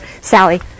Sally